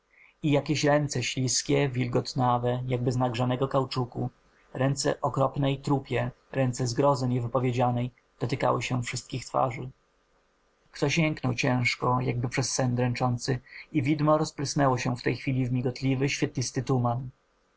jakieś ręce śliskie wilgotnawe jakby z nagrzanego kauczuku ręce okropne i trupie ręce zgrozy niewypowiedzianej dotykały się wszystkich twarzy ktoś jęknął ciężko jakby przez sen dręczący i widmo rozprysnęło się w tej chwili w migotliwy świecący tuman